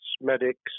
medics